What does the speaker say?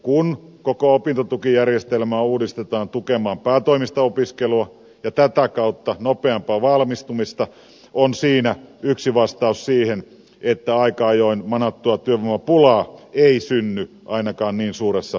kun koko opintotukijärjestelmää uudistetaan tukemaan päätoimista opiskelua ja tätä kautta nopeampaa valmistumista on siinä yksi vastaus siihen että aika ajoin manattua työvoimapulaa ei synny ainakaan niin suuressa mitassa kuin on arvioitu